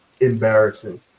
embarrassing